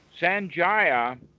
Sanjaya